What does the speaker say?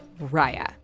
Raya